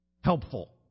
helpful